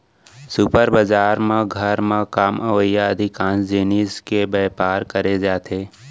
super बजार म घर म काम अवइया अधिकांस जिनिस के बयपार करे जाथे